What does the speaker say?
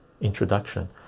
introduction